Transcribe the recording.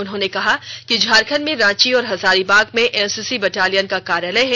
उन्होंने कहा कि झारखंड में रांची और हजारीबाग में एनसीसी बटालियन का कार्यालय है